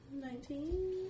Nineteen